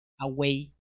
away